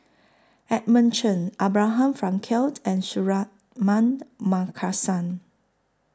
Edmund Cheng Abraham Frankel and Suratman Markasan